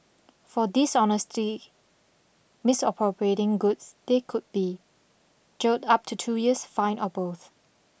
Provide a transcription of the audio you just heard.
for dishonestly misappropriating goods they could be jailed up to two years fined or both